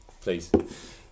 Please